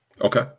Okay